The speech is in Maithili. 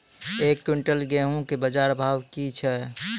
एक क्विंटल गेहूँ के बाजार भाव की छ?